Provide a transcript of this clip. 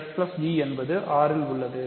fg என்பது R இல் உள்ளது